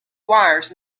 wires